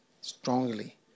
strongly